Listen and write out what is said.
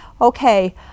Okay